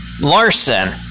Larson